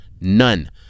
none